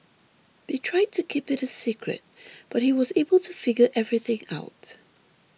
they tried to keep it a secret but he was able to figure everything out